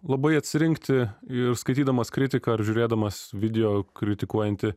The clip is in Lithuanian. labai atsirinkti ir skaitydamas kritiką ar žiūrėdamas video kritikuojantį